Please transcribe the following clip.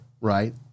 right